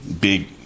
big